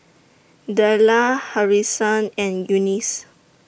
Della Harrison and Eunice